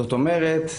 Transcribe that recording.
זאת אומרת,